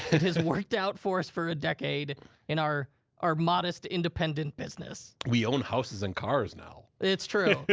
it has worked out for us for a decade in our our modest, independent business. we own houses and cars now. it's true.